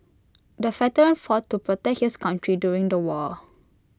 the veteran fought to protect his country during the war